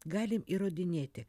galim įrodinėti